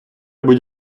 будь